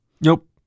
Nope